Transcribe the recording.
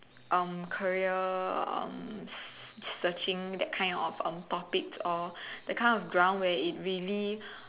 um career um searching that kind of um topics or that kind of ground where it really